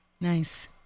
Nice